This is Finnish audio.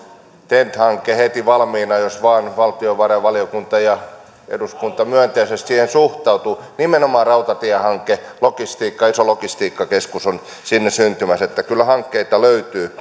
ten t hanke heti valmiina jos vain valtiovarainvaliokunta ja eduskunta myönteisesti siihen suhtautuvat nimenomaan rautatiehanke iso logistiikkakeskus on sinne syntymässä että kyllä hankkeita löytyy